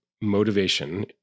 motivation